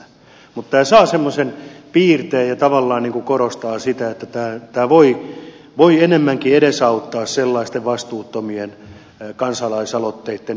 mutta tämä saa semmoisen piirteen ja tavallaan korostaa sitä että tämä voi enemmänkin edesauttaa sellaisten vastuuttomien kansalaisaloitteiden esiintymistä